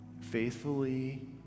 faithfully